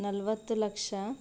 ನಲ್ವತ್ತು ಲಕ್ಷ